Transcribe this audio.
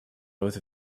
both